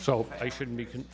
so i shouldn't be can